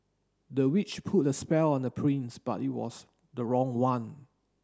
the witch put a spell on the prince but it was the wrong one